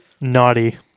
naughty